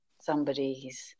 somebody's